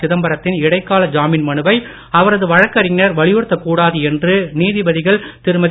சிதம்பரத்தின் இடைக்கால ஜாமின் மனுவை அவரது வழக்கறிஞர் வலியுறுத்தக் கூடாது என்று நீதிபதிகள் திருமதி